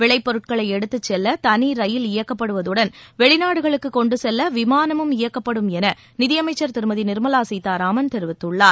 விளைபொருட்களை எடுத்துச் செல்ல தனி ரயில் இயக்கப்படுவதுடன் வெளிநாடுகளுக்கு கொண்டு செல்ல விமானமும் இயக்கப்படும் என நிதியமைச்சர் திருமதி நிர்மலா சீதாராமன் தெரிவித்துள்ளார்